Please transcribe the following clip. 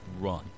run